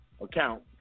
Account